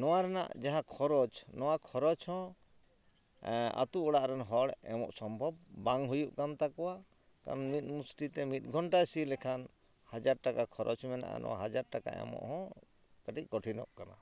ᱱᱚᱣᱟ ᱨᱮᱱᱟᱜ ᱡᱟᱦᱟᱸ ᱠᱷᱚᱨᱚᱪ ᱱᱚᱣᱟ ᱠᱷᱚᱨᱚᱪ ᱦᱚᱸ ᱟᱹᱛᱩ ᱚᱲᱟᱜ ᱨᱮᱱ ᱦᱚᱲ ᱮᱢᱚᱜ ᱥᱚᱢᱵᱷᱚᱵᱽ ᱵᱟᱝ ᱦᱩᱭᱩᱜ ᱠᱟᱱ ᱛᱟᱠᱚᱣᱟ ᱢᱤᱫ ᱱᱩᱥᱴᱤ ᱛᱮ ᱢᱤᱫ ᱜᱷᱚᱱᱴᱟᱭ ᱥᱤ ᱞᱮᱠᱷᱟᱱ ᱦᱟᱡᱟᱨ ᱴᱟᱠᱟ ᱠᱷᱚᱨᱚᱪ ᱢᱮᱱᱟᱜᱼᱟ ᱱᱚᱣᱟ ᱦᱟᱡᱟᱨ ᱴᱟᱠᱟ ᱮᱢᱚᱜ ᱦᱚᱸ ᱠᱟᱹᱴᱤᱡ ᱠᱚᱴᱷᱤᱱᱚᱜ ᱠᱟᱱᱟ